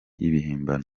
ibihimbano